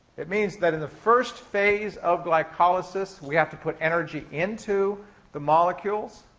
it means that in the first phase of glycolysis we have to put energy into the molecules,